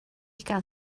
gael